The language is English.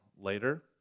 later